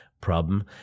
problem